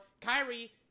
Kyrie